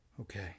Okay